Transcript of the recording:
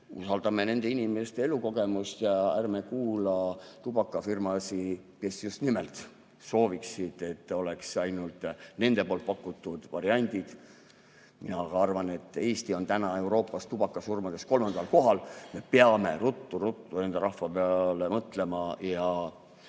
Usaldame nende inimeste elukogemust ja ärme kuula tubakafirmasid, kes just nimelt sooviksid, et oleks ainult nende pakutud variandid. Mina arvan – Eesti on täna Euroopas tubakasurmades kolmandal kohal –, et me peame ruttu-ruttu oma rahva peale mõtlema ja